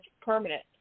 permanent